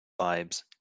vibes